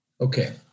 Okay